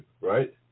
right